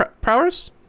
powers